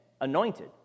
anointed